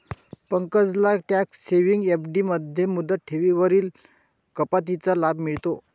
पंकजला tax saving FD मध्ये मुदत ठेवींवरील कपातीचा लाभ मिळतो